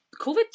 COVID